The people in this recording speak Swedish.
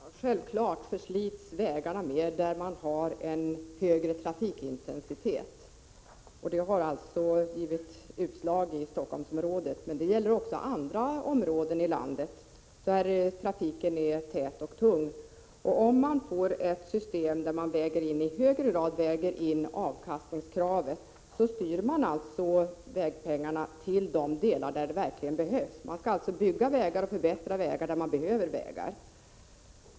Herr talman! Självklart förslits vägarna mer där man har en högre trafikintensitet. Det har givit utslag i Stockholmsområdet. Men det gäller också andra områden i landet där trafiken är tät och tung. Om man får ett system där man i högre grad väger in avkastningskravet, styr man vägpengarna till de delar där de verkligen behövs. Man skall alltså bygga och förbättra vägar där man behöver vägar.